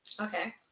Okay